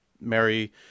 Mary